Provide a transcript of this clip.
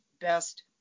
best